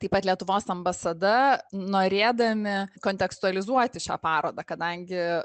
taip pat lietuvos ambasada norėdami kontekstualizuoti šią parodą kadangi